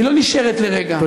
היא לא נשארת לרגע,